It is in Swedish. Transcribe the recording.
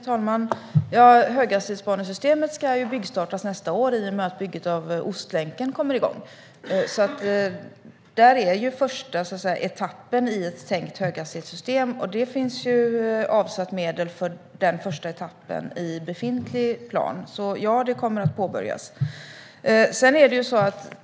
Herr talman! Höghastighetsbanesystemet ska byggstartas nästa år i och med att bygget av Ostlänken kommer igång. Det är första etappen i ett tänkt höghastighetsbanesystem, och det finns medel avsatta för den första etappen i befintlig plan. Detta kommer alltså att påbörjas.